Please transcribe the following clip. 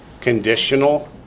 Conditional